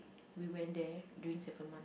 we went there during seventh month